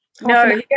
No